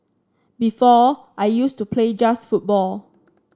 before I used to play just football